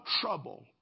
trouble